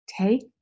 Take